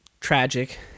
tragic